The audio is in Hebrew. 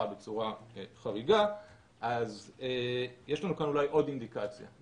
בצורה חריגה אז יש לנו כאן אולי עוד אינדיקציה על